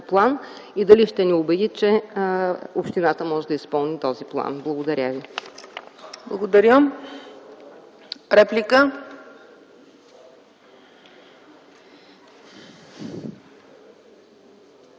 план и дали ще ни убеди, че общината може да изпълни този план. Благодаря ви. ПРЕДСЕДАТЕЛ